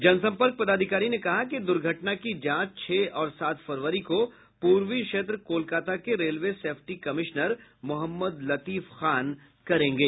जनसम्पर्क पदाधिकारी ने कहा कि दुर्घटना की जांच छह और सात फरवरी को पूर्वी क्षेत्र कोलकाता के railway safety commissioner Mohammad Latif Khan करेंगे